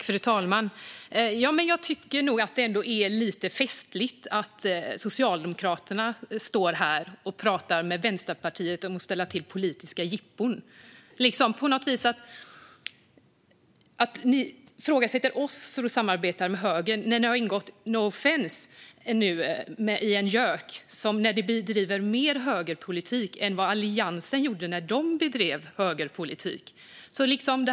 Fru talman! Jag tycker ändå att det är lite festligt att Socialdemokraterna står här och pratar med Vänsterpartiet om att ställa till politiska jippon. Ni ifrågasätter oss för att vi samarbetar med högern när ni ingår i en överenskommelse - no offence, en JÖK - som bedriver mer högerpolitik än Alliansen gjorde när den bedrev högerpolitik.